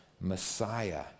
Messiah